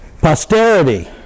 posterity